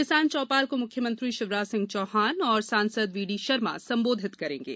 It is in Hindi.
किसान चौपाल को मुख्यमंत्री शिवराज सिंह चौहान और सांसद वीडी शर्मा संबोधित करेंगे